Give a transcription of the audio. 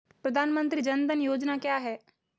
प्रधानमंत्री जन धन योजना क्या है?